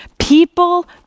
People